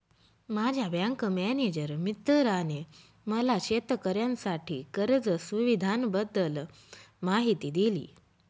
माझ्या bank manager मित्राने मला शेतकऱ्यांसाठी कर्ज सुविधांबद्दल माहिती दिली